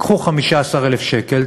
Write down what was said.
קחו 15,000 שקל,